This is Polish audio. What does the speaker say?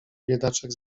biedaczek